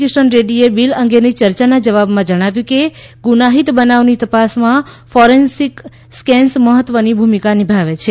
કિશન રેડ્ડીએ બિલ અંગેની ચર્ચાના જવાબમાં જણાવ્યું કે ગુનાહિત બનાવની તપાસમાં ફોરેન્સિક સ્કેન્સ મહત્ત્વની ભૂમિકા નિભાવે છે